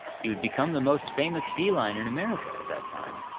he would become the most famous feline in america at that time,